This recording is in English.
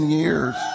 years